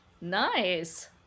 nice